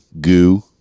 Goo